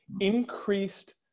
increased